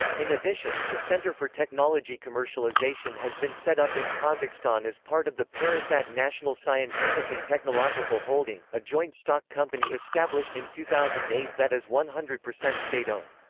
in addition, the centre for technology commercialization has been set up in kazakhstan as part of the parasat national scientific and technological holding, a joint stock company established in two thousand and eight that is one hundred percent state-owned.